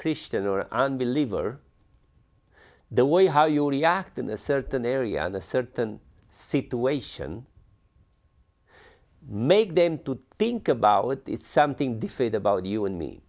christian or unbeliever the way how you react in a certain area and a certain situation make them to think about it something different about you and me